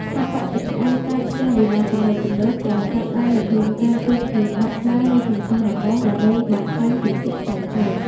ស្ថាបត្យកម្មតាមផ្ទះវីឡាទំនើបៗ ក៏ចាប់ផ្ដើមនិយមការគូរគំនូរក្បាច់ខ្មែរលើជញ្ជាំងរបង ដើម្បីបង្ហាញពីភាពថ្លៃថ្នូរ។